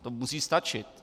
To musí stačit.